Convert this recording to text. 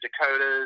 Dakotas